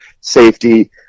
safety